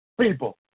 people